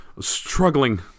struggling